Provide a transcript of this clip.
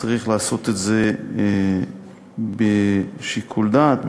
צריך לעשות את זה בשיקול דעת,